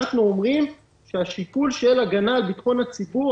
אנחנו אומרים שהשיקול של ההגנה על ביטחון הציבור,